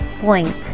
point